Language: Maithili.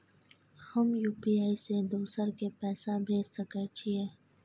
हम यु.पी.आई से दोसर के पैसा भेज सके छीयै?